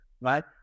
right